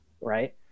right